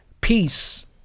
peace